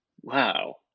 Wow